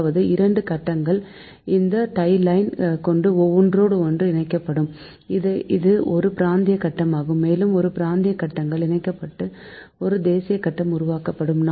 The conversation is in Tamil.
அதாவது இரண்டு கட்டங்கள் இந்த டை லைன் கொண்டு ஒன்றோடொன்று இணைக்கப்படும் இது ஒரு பிராந்திய கட்டமாகும் மேலும் பல பிராந்திய கட்டங்கள் இணைக்கப்பட்டு ஒரு தேசிய கட்டம் உருவாக்கப்படும்